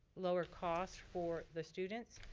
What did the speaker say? lower cost for the students.